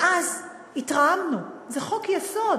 ואז התרעמנו: זה חוק-יסוד,